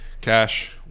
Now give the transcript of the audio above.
Cash